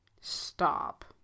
Stop